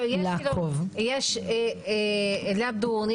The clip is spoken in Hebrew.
יש לדון,